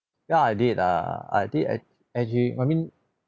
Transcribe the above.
ya I did err I did act actually I mean